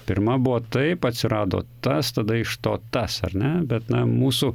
pirma buvo taip atsirado tas tada iš to tas ar ne bet na mūsų